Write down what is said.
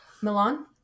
Milan